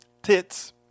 Tits